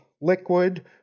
liquid